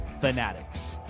fanatics